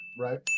right